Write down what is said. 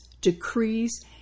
decrees